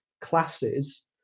classes